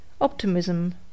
Optimism